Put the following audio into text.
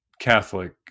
Catholic